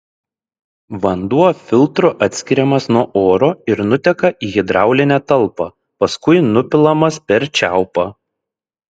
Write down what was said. vanduo filtru atskiriamas nuo oro ir nuteka į hidraulinę talpą paskui nupilamas per čiaupą